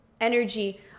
energy